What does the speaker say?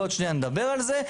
ועוד שנייה נדבר על זה,